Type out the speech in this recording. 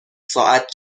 ساعت